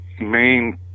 main